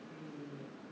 um